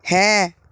হ্যাঁ